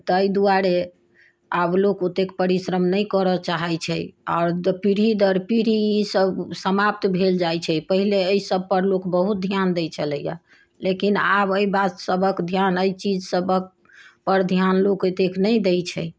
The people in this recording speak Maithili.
ताहि दुआरे आब लोक ओतेक परिश्रम नहि करऽ चाहैत छै आओर पीढ़ी दर पीढ़ी ई सभ समाप्त भेल जाइत छै पहिले एहि सभ पर लोक बहुत ध्यान दै छलै हँ लेकिन आब एहि बात सभक ध्यान एहि चीज सभक पर ध्यान लोक एतेक नहि दै छै